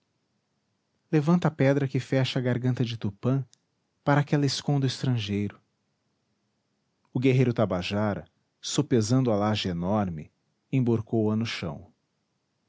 levanta a pedra que fecha a garganta de tupã para que ela esconda o estrangeiro o guerreiro tabajara sopesando a laje enorme emborcou a no chão